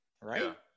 right